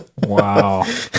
Wow